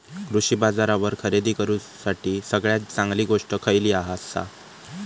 कृषी बाजारावर खरेदी करूसाठी सगळ्यात चांगली गोष्ट खैयली आसा?